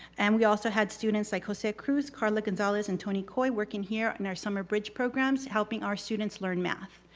and we also had students like jose cruz, carla gonzalez, and tony coy working here in our summer bridge programs helping our students learn math,